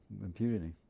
impunity